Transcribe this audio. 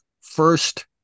first